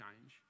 change